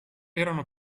erano